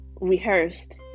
rehearsed